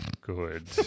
good